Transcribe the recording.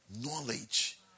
knowledge